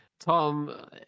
Tom